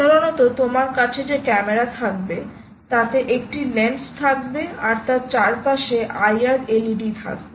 সাধারণত তোমার কাছে যে ক্যামেরা থাকবে তাতে একটি লেন্স থাকবে আর তার চারপাশে IR LED থাকবে